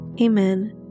Amen